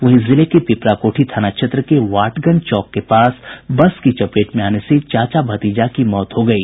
वहीं जिले के पिपराकोठी थाना क्षेत्र के वाटगंज चौक के पास बस की चपेट में आने से चाचा भतीजा की मौत हो गयी